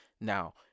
Now